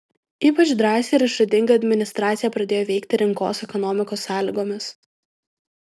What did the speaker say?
ypač drąsiai ir išradingai administracija pradėjo veikti rinkos ekonomikos sąlygomis